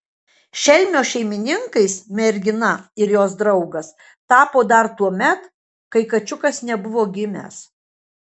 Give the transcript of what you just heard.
šelmio šeimininkais mergina ir jos draugas tapo dar tuomet kai kačiukas nebuvo gimęs